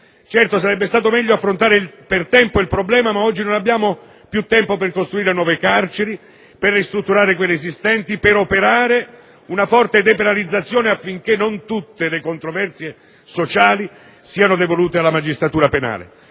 Certo, sarebbe stato meglio affrontare per tempo il problema, ma oggi non abbiamo più il tempo per costruire nuove carceri, per ristrutturare quelle esistenti, per operare una forte depenalizzazione, affinché non tutte le controversie sociali siano devolute alla magistratura penale.